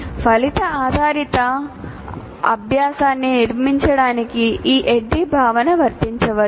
ఫలిత ఆధారిత అభ్యాసాన్ని నిర్మించడానికి ఈ ADDIE భావన వర్తించవచ్చు